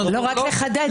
אבל כדאי לחדד את זה.